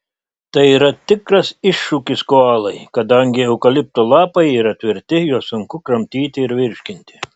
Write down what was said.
tai yra tikras iššūkis koalai kadangi eukalipto lapai yra tvirti juos sunku kramtyti ir virškinti